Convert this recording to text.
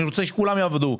אני רוצה שכולם יעבדו.